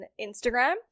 Instagram